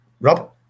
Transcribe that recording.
rob